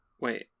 wait